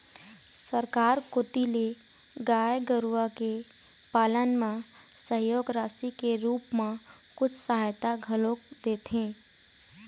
सरकार कोती ले गाय गरुवा के पालन म सहयोग राशि के रुप म कुछ सहायता घलोक देथे